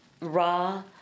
raw